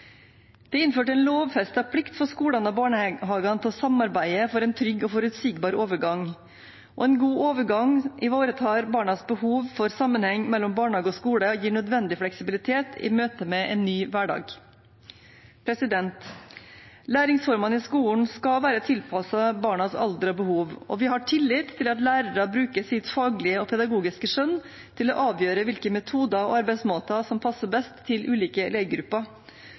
Det er innført en lovfestet plikt for skolene og barnehagene til å samarbeide for en trygg og forutsigbar overgang, og en god overgang ivaretar barnas behov for sammenheng mellom barnehage og skole og gir nødvendig fleksibilitet i møte med en ny hverdag. Læringsformene i skolen skal være tilpasset barnas alder og behov, og vi har tillit til at lærere bruker sitt faglige og pedagogiske skjønn til å avgjøre hvilke metoder og arbeidsmåter som passer best til ulike